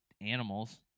animals